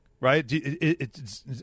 right